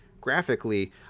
graphically